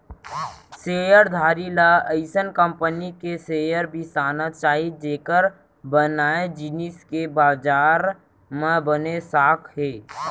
share धारी ल अइसन कंपनी के शेयर बिसाना चाही जेकर बनाए जिनिस के बजार म बने साख हे